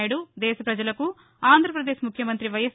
నాయుడు దేశ ప్రజలకు ఆంధ్రప్రదేశ్ ముఖ్యమంతి వైఎస్